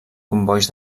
combois